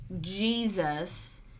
Jesus